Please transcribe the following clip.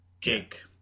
Jake